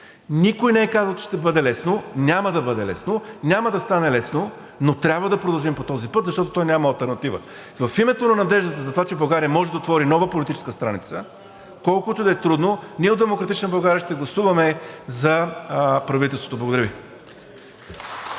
Никой не е казал, че ще бъде лесно, няма да бъде лесно, няма да стане лесно, но трябва да продължим по този път, защото той няма алтернатива. В името на надеждата, затова че България може да отвори нова политическа страница, колкото и да е трудно, ние от „Демократична България“ ще гласуваме за правителството. Благодаря Ви.